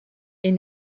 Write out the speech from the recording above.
est